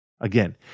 Again